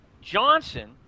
Johnson